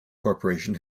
corporation